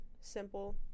simple